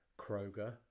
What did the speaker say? Kroger